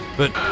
but-